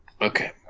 Okay